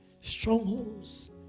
Strongholds